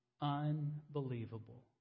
unbelievable